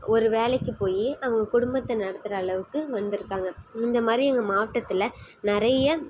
ஒரு வேலைக்கு போய் அவங்க குடும்பத்தை நடத்தற அளவுக்கு வந்திருக்காங்க இந்தமாதிரி எங்கள் மாவட்டத்தில் நிறைய